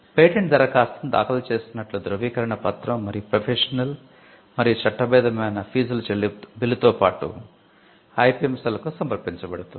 patent దరఖాస్తును దాఖలు చేసినట్లు ధృవీకరణ పత్రం మరియు ప్రొఫెషనల్ మరియు చట్టబద్ధమైన ఫీజుల బిల్లుతో పాటు ఐపిఎం సెల్కు సమర్పించబడుతుంది